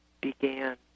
began